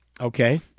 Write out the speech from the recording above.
Okay